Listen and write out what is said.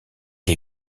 les